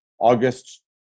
August